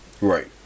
Right